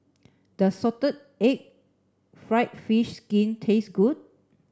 does salted egg fried fish skin taste good